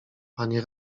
panie